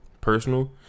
Personal